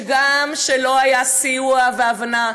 שגם כשלא היו סיוע והבנה,